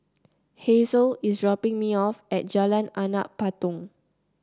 Hasel is dropping me off at Jalan Anak Patong